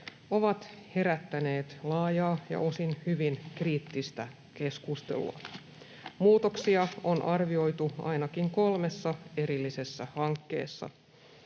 ovat herättäneet laajaa ja osin hyvin kriittistä keskustelua. Muutoksia on arvioitu ainakin kolmessa erillisessä hankkeessa.